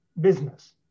business